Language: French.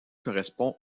correspond